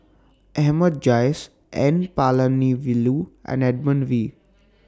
Ahmad Jais N Palanivelu and Edmund Wee